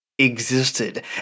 existed